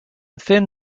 thin